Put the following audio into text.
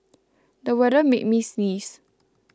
the weather made me sneeze